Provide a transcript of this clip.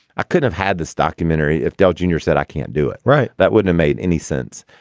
i could have had this documentary if dale junior said i can't do it right. that wouldn't make any sense.